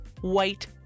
white